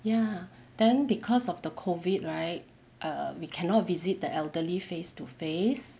ya then because of the COVID right err we cannot visit the elderly face to face